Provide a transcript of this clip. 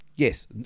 Yes